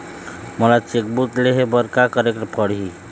मोला cheque book लेहे बर का केरेक पढ़ही?